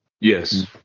Yes